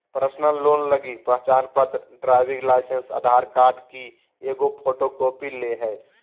personal loan लगी पहचानपत्र, driving licence, Aadhaar card की एगो फोटोकॉपी ले हइ